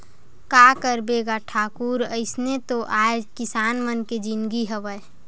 का करबे गा ठाकुर अइसने तो आय किसान मन के जिनगी हवय